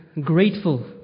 grateful